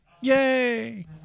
Yay